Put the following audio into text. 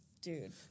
Dude